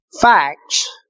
Facts